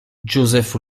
józef